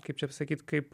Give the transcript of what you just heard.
kaip čia pasakyt kaip